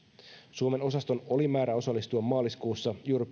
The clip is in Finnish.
suomen osaston oli määrä osallistua maaliskuussa